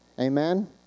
Amen